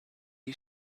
you